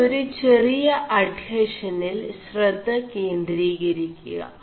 നിÆൾ ഒരു െചറിയ അഡ്െഹഷനിൽ 4ശW േക4mീകരി ുക